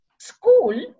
school